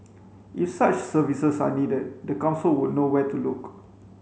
if such services are needed the council would know where to look